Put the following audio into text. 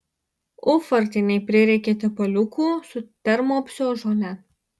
ufartienei prireikė tepaliukų su termopsio žole